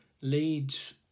leads